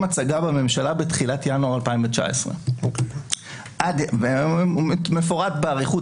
הצגה בממשלה בתחילת ינואר 2019". המתווה מפורט באריכות